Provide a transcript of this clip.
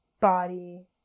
body